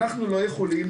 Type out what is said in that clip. אנחנו לא יכולים.